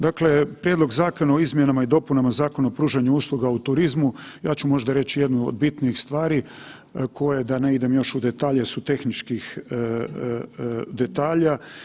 Dakle, Prijedlog zakona o izmjenama i dopunama Zakona o pružanju usluga u turizmu, ja ću možda reći jednu od bitnijih stvari koje da ne idem još u detalje su tehničkih detalja.